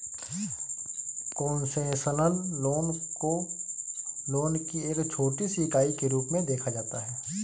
concessional loan को loan की एक छोटी सी इकाई के रूप में देखा जाता है